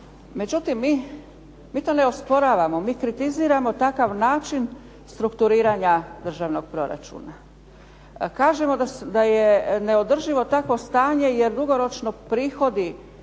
Međutim, mi to ne osporavamo. Mi kritiziramo takav način strukturiranja državnog proračuna. Kažemo da je neodrživo takvo stanje jer dugoročno prihodi,